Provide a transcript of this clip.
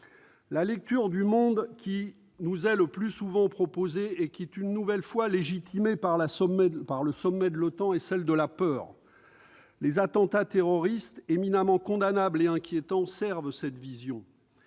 La lecture du monde qui nous est le plus souvent proposée, une nouvelle fois légitimée par le sommet de l'OTAN, est celle de la peur. Les attentats terroristes, éminemment condamnables et inquiétants, servent cette vision.